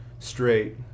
straight